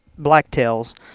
blacktails